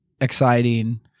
exciting